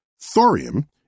Thorium